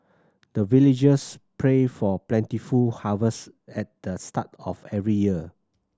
the villagers pray for plentiful harvest at the start of every year